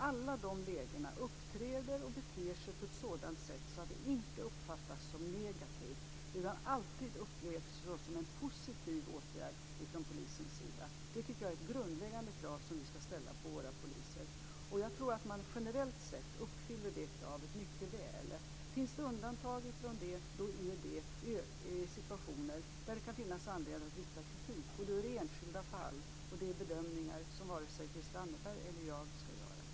Det är ett grundläggande krav som vi ska ställa på våra poliser, och jag tror att de generellt uppfyller de kraven mycket väl. Finns det undantag så gäller det situationer där det kan finnas anledning till kritik. Men då rör det enskilda fall och bedömningar som varken Christel Anderberg eller jag ska göra.